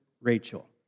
Rachel